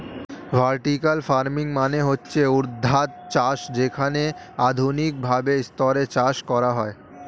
vertical farming মানে হচ্ছে ঊর্ধ্বাধ চাষ যেখানে আধুনিক ভাবে স্তরে চাষ করা হয়